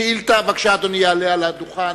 בבקשה, אדוני יעלה על הדוכן.